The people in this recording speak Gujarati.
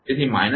તેથી −8 × 0